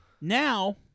now